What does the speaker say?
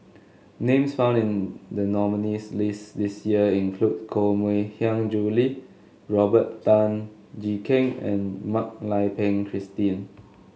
names found in the nominees' list this year include Koh Mui Hiang Julie Robert Tan Jee Keng and Mak Lai Peng Christine